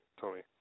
Tony